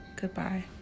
Goodbye